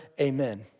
amen